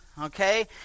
okay